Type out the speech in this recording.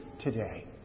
today